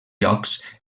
llocs